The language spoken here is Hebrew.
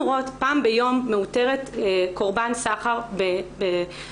רואות פעם ביום מאותרת קורבן סחר בנתב"ג,